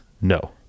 no